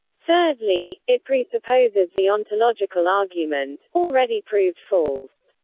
thirdly, it presupposes the ontological argument, already proved false.